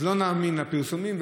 אז לא נאמין לפרסומים,